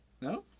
No